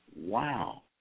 Wow